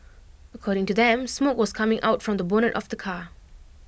according to them smoke was coming out from the bonnet of the car